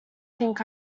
think